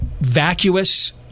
vacuous